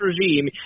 regime